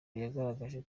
yagaragaje